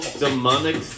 demonic